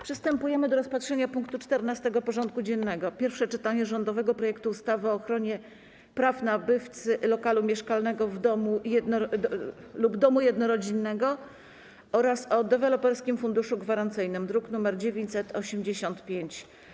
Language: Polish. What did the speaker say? Przystępujemy do rozpatrzenia punktu 14. porządku dziennego: Pierwsze czytanie rządowego projektu ustawy o ochronie praw nabywcy lokalu mieszkalnego lub domu jednorodzinnego oraz o Deweloperskim Funduszu Gwarancyjnym (druk nr 985)